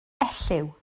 elliw